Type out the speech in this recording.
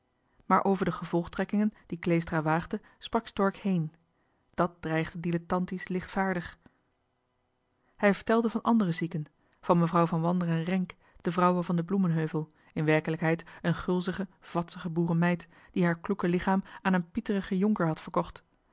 over de gevolgtrekkingen die kleestra waagde sprak stork heen dat dreigde dilettantisch lichtvaardig hij verjohan de meester de zonde in het deftige dorp telde van andere zieken van mevrouw van wanderen renck de vrouwe van den bloemenheuvel in werkelijkheid een gulzige vadsige boerenmeid die haar kloeke lichaam aan een pieterigen jonker had verkocht